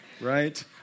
Right